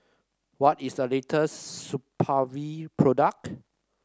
what is the latest Supravit product